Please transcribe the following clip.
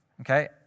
okay